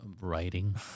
writing